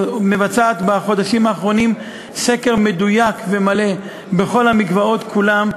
מבצעת בחודשים האחרונים סקר מדויק ומלא בכל המקוואות כולן,